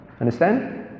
Understand